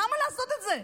למה לעשות את זה?